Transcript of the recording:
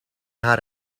haar